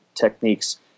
techniques